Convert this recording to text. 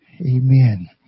Amen